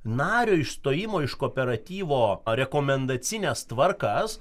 nario išstojimo iš kooperatyvo rekomendacines tvarkas